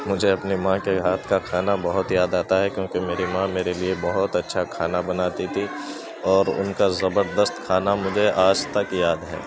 مجھے اپنے ماں کے ہاتھ کا کھانا بہت یاد آتا ہے کیوں کہ میری ماں میرے لیے بہت اچھا کھانا بناتی تھی اور ان کا زبردست کھانا مجھے آج تک یاد ہے